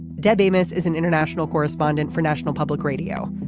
deb amos is an international correspondent for national public radio.